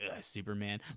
superman